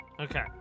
Okay